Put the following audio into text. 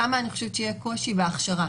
שם אני חושבת שיהיה קושי בהכשרה,